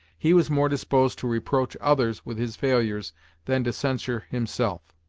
he was more disposed to reproach others with his failures than to censure himself.